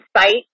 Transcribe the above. site